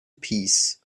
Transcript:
peace